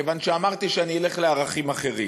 כיוון שאמרתי שאני אלך לערכים אחרים.